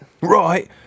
Right